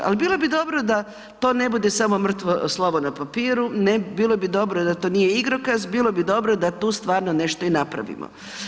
Ali, bilo bi dobro da to ne bude samo mrtvo slovo na papiru, bilo bi dobro da to nije igrokaz, bilo bi dobro da tu stvarno nešto i napravimo.